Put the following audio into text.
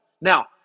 Now